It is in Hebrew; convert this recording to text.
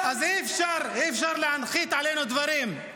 ----- אז אי-אפשר להנחית עלינו דברים.